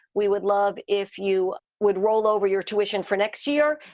we would love if you would roll over your tuition for next year.